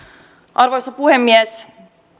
arvoisa puhemies